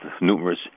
numerous